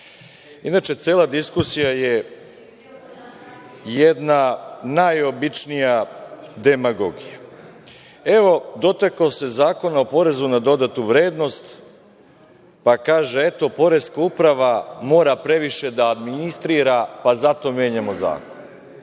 Inače, cela diskusija je jedna najobičnija demagogija. Evo, dotakao se Zakona o porezu na dodatnu vrednost, pa kaže, eto, poreska uprava mora previše da administrira, pa zato menjamo zakon